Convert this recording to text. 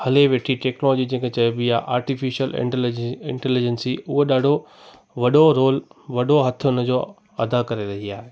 हले वेठी टेक्नोलोजी जेकी चेबी आ आर्टीफिशल इंटलीज इंटेलजंसी उहो ॾाढो वॾो रोल वॾो हथु उन जो अदा करे रही आहे